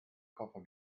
koffer